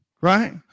Right